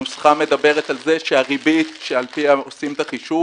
הנוסחה מדברת על זה שהריבית שלפיה עושים את החישוב